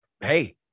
Hey